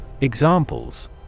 Examples